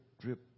drip